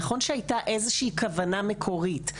נכון שהייתה איזושהי כוונה מקורית.